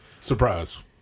Surprise